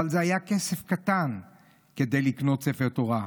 אבל זה היה כסף קטן מכדי לקנות ספר תורה.